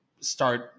start